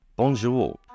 Bonjour